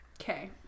Okay